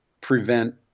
prevent